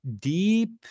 deep